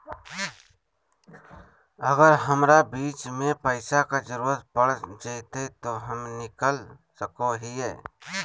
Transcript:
अगर हमरा बीच में पैसे का जरूरत पड़ जयते तो हम निकल सको हीये